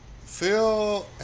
Phil